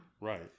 Right